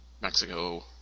Mexico